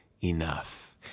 enough